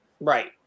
Right